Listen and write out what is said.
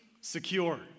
Secure